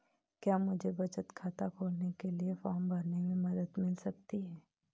क्या मुझे बचत खाता खोलने के लिए फॉर्म भरने में मदद मिल सकती है?